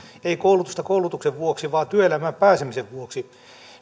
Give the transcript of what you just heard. ei koulutusta koulutuksen vuoksi vaan työelämään pääsemisen vuoksi